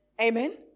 Amen